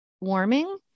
warming